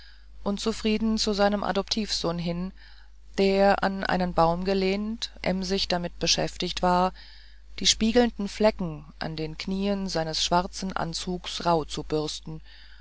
unzufrieden zu seinem adoptivsohn hin der an einen baum gelehnt emsig damit beschäftigt war die spiegelnden flecken an den knien seines schwarzen anzuges rauhzubürsten